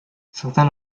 certains